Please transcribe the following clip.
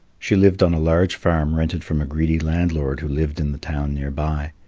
she lived on a large farm rented from a greedy landlord who lived in the town near by.